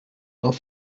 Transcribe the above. dans